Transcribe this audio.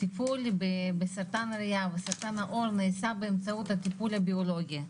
הטיפול בסרטן ריאה או בסרטן העור נעשה באמצעות הטיפול הביולוגי.